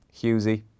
Hughesy